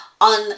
on